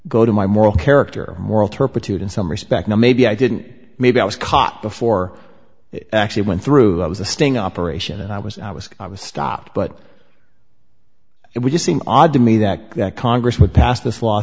go to my moral character moral turpitude in some respect now maybe i didn't maybe i was caught before it actually went through i was a sting operation and i was i was i was stopped but and you seem odd to me that that congress would pass this law